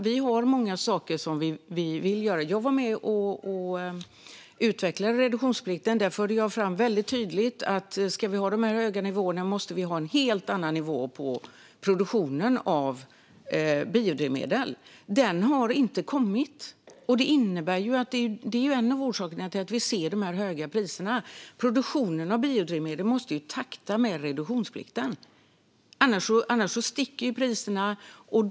Vi har många saker som vi vill göra. Jag var med och utvecklade reduktionsplikten. Där förde jag väldigt tydligt fram att vi, om vi ska ha de höga nivåerna, måste ha en helt annan nivå på produktionen av biodrivmedel. Så har det inte blivit. Det är en av orsakerna till att vi ser de höga priserna. Produktionen av biodrivmedel måste vara i takt med reduktionsplikten. Annars sticker priserna iväg.